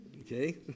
Okay